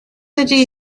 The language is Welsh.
ydy